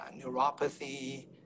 neuropathy